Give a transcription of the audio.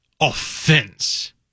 offense